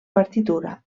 partitura